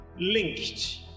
linked